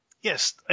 Yes